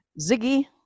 Ziggy